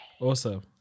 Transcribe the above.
Awesome